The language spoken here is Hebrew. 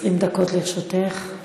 דקות לרשותך.